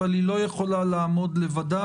אבל היא לא יכולה לעמוד לבדה.